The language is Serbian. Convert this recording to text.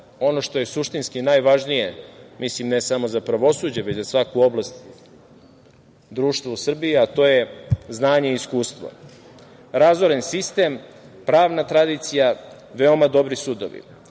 ono što je suštinski najvažnije ne samo za pravosuđe već za svaku oblast društva u Srbiji, a to je znanje i iskustvo, razoren sistem, pravna tradicija, veoma dobri sudovi.